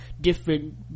different